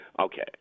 Okay